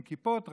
עם כיפות רקדו,